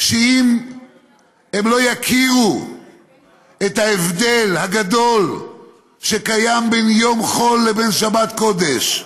שאם הם לא יכירו את ההבדל הגדול בין יום חול לבין שבת קודש,